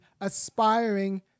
aspiring